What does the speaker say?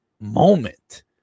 moment